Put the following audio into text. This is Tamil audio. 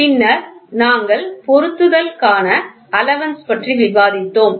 பின்னர் நாங்கள் பொருத்துதல் காண அலவன்ஸ் பற்றி விவாதித்தோம்